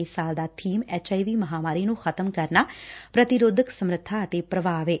ਇਸ ਸਾਲ ਦਾ ਬੀਮ ਐਚ ਆਈ ਵੀ ਮਹਾਂਮਾਰੀ ਨੂੰ ਖ਼ਤਮ ਕਰਨਾ ਪ੍ਰਤੀਰੋਧਕ ਸਮੱਰਥਾ ਅਤੇ ਪ੍ਰਭਾਵ ਏ